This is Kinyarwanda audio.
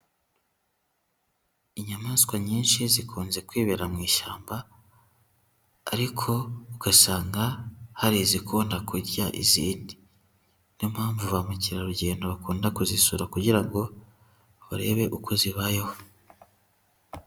Inyamaswa nyinshi zikunze kwibera mu ishyamba, ariko ugasanga hari izikunda kurya izindi. Niyo mpamvu ba mukerarugendo bakunda kuzisura kugira ngo barebe uko zibayeho.